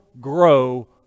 grow